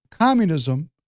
Communism